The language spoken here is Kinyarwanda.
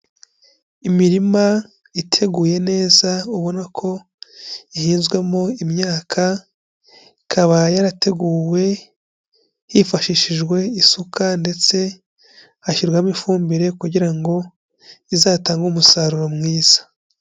Imirima iteguye neza ubona ko ihinzwemo imyaka ikaba yarateguwe hifashishijwe isuka ndetse hashyirwamo ifumbire kugira ngo izatange umusaruro mwiza.